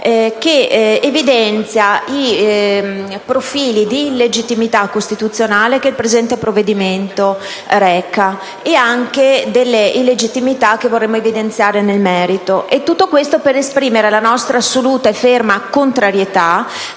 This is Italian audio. che evidenzia i profili di illegittimità costituzionale che il provvedimento reca, nonché alcune illegittimità, che vorremmo evidenziare nel merito, e tutto questo per esprimere la nostra assoluta e ferma contrarietà